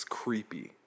creepy